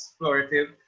explorative